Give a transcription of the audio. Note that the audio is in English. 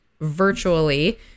virtually